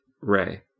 ray